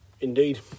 Indeed